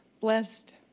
blessed